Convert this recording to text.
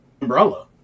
umbrella